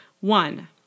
One